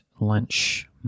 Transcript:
lunch